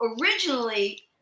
originally